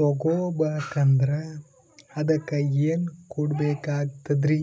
ತೊಗೊಬಕಂದ್ರ ಅದಕ್ಕ ಏನ್ ಕೊಡಬೇಕಾಗ್ತದ್ರಿ?